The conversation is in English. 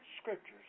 scriptures